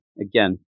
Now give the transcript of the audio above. again